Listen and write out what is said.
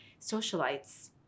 socialites